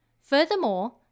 Furthermore